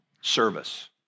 service